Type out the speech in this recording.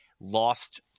lost